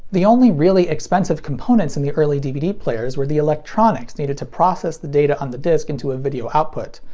the only really expensive components in the early dvd players were the electronics needed to process the data on the disc into a video output.